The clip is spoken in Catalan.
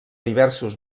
diversos